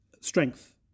strength